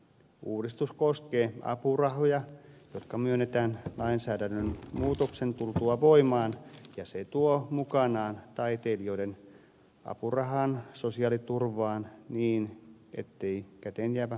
uudistus koskee apurahoja jotka myönnetään lainsäädännön muutoksen tultua voimaan ja se tuo mukanaan taiteilijoiden apurahan sosiaaliturvaan niin ettei käteenjäävä apuraha pienene